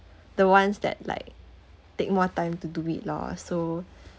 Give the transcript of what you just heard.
the ones that like take more time to do it lor so